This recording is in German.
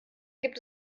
gibt